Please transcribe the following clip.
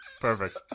perfect